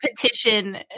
petition